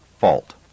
fault